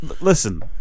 Listen